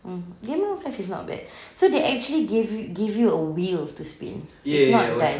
mm game of life is not bad so they actually gave give you a wheel to spin it's not a dice